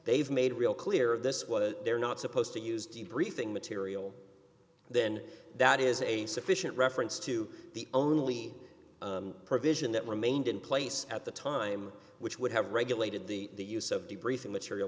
they've made real clear this was they're not supposed to use debriefing material then that is a sufficient reference to the only provision that remained in place at the time which would have regulated the use of the briefing material